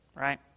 right